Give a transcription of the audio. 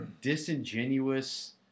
disingenuous